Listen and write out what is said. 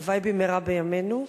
הלוואי במהרה בימינו,